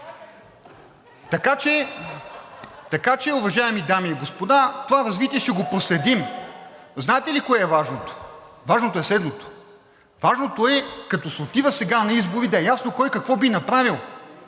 Така че, уважаеми дами и господа, това развитие ще го проследим. Знаете ли кое е важното? Важното е следното – важното е, като се отива сега на избори, да е ясно кой какво би направил,